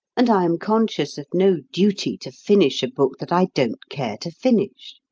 and i am conscious of no duty to finish a book that i don't care to finish.